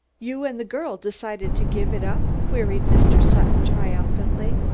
you and the girl decided to give it up? queried mr. sutton triumphantly.